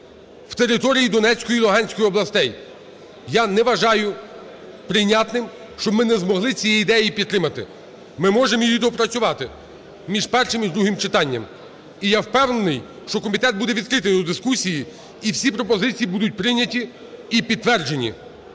в території Донецької і Луганської областей. Я не вважаю прийнятним, щоб ми не змогли цієї ідеї підтримати. Ми можемо її доопрацювати між першим і другим читанням. І я впевнений, що комітет буде відкритий у дискусії, і всі пропозиції будуть прийняті і підтверджені.